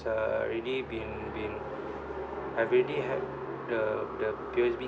uh already been been I've already had the the P_O_S_B